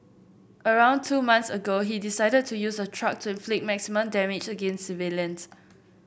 around two months ago he decided to use a truck to inflict maximum damage against civilians